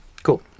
Cool